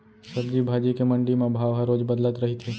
सब्जी भाजी के मंडी म भाव ह रोज बदलत रहिथे